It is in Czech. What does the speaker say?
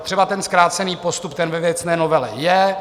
Třeba ten zkrácený postup, ten ve věcné novele je.